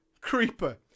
Creeper